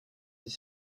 dix